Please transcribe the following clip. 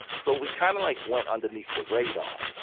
so we kind of like went underneath the radar.